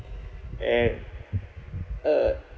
at uh